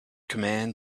command